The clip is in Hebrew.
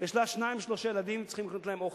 יש לה שניים-שלושה ילדים וצריך לקנות להם אוכל.